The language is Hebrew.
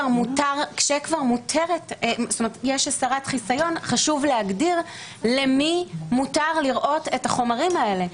שכשיש הסרת חיסיון חשוב להגדיר למי מותר לראות את החומרים האלה.